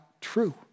true